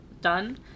done